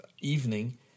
evening